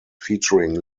featuring